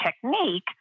technique